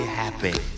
happy